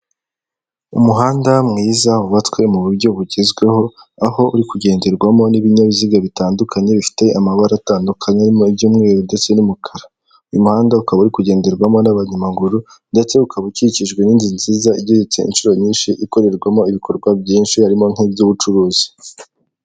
umuhanda mwiza vubatswe mu buryo bugezweho aho uri kugenderwamo n'ibinyabiziga bitandukanye bifite amabara atandukanye arimo iby'umweru ndetse n'umukara, uyu muhanda ukaba uri kugenderwamo n'abanyamaguru ndetse ukaba ukikijwe n'inzu nziza igeretse inshuro nyinshi, ikorerwamo ibikorwa byinshi harimo nk'iby'ubucuruzi.